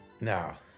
Now